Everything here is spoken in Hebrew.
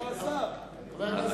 כך אמר השר, חבר הכנסת גילאון.